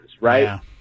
right